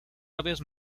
aves